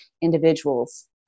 individuals